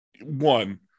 one